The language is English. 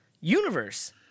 universe